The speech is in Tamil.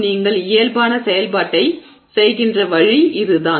நீங்கள் இயல்பான செயல்பாட்டைச் செய்கின்ற வழி இதுதான்